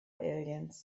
alliance